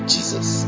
Jesus